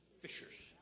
fishers